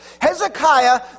Hezekiah